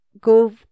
go